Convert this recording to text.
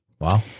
Wow